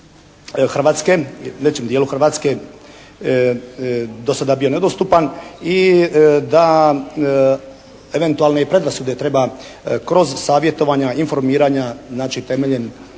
Hrvatske, većem dijelu Hrvatske do sada bio nedostupan i da eventualne predrasude treba kroz savjetovanja, informiranja, znači temeljem